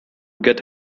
get